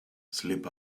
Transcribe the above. sleep